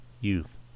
youth